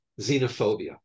xenophobia